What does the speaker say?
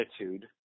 attitude